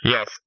Yes